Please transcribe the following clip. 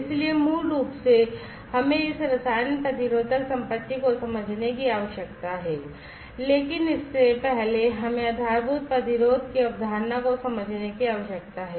इसलिए मूल रूप से हमें इस रसायन प्रतिरोधक संपत्ति को समझने की आवश्यकता है लेकिन इससे पहले हमें आधारभूत प्रतिरोध की अवधारणा को समझने की आवश्यकता है